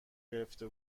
گرفته